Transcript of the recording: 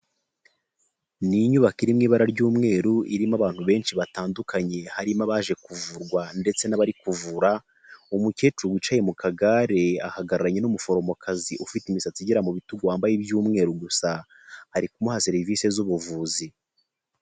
Ni inyubako iri mu ibara ry'umweru, irimo abantu benshi batandukanye, harimo abaje kuvurwa, ndetse n'abari kuvura, umukecuru wicaye mu kagare, ahagararanye n'umuforomokazi, ufite imisatsi igera mu bitugu, wambaye iby'umweru gusa, ari kumuha serivisi z'ubuvuzi.